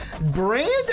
Brandon